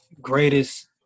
greatest –